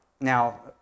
Now